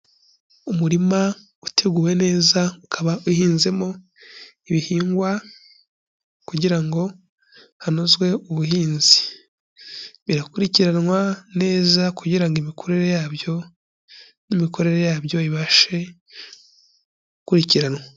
Umurima uteguwe neza ukaba uhinzemo ibihingwa kugira ngo hanozwe ubuhinzi birakurikiranwa neza kugira ngo imikorere yabyo n'imikorere yabyo ibashe gukurikiranwa.